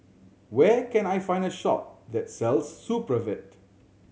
where can I find a shop that sells Supravit